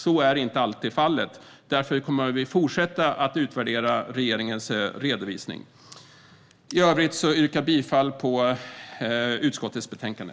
Så är inte alltid fallet, och därför kommer vi att fortsätta att utvärdera regeringens redovisning. I övrigt vill jag yrka bifall till förslaget i utskottets betänkande.